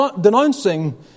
denouncing